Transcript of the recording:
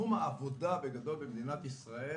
שתחום העבודה במדינת ישראל